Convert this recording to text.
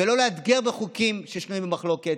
ולא לאתגר בחוקים ששנויים במחלוקת,